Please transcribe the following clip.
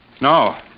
No